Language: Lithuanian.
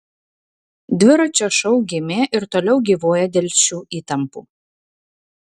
dviračio šou gimė ir toliau gyvuoja dėl šių įtampų